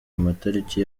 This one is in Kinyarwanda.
matariki